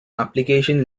application